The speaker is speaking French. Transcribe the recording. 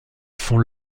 font